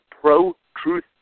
pro-truth